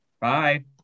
Bye